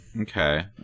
Okay